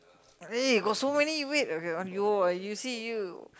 eh got so many wait okay !aiyo! you see you